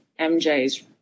MJ's